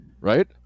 Right